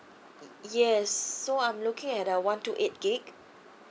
yes so I'm looking at uh one two eight gig